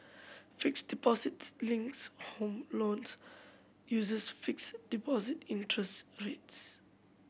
fixed deposit links home loans uses fixed deposit interest rates